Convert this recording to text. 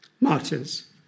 martyrs